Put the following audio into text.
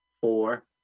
four